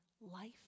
life